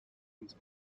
these